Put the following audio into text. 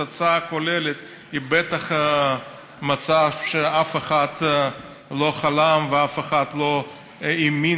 התוצאה הכוללת היא בטח מצב שאף אחד לא חלם ואף אחד לא האמין